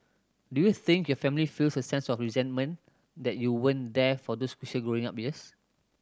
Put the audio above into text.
do you think your family feels a sense of resentment that you weren't there for those crucial growing up years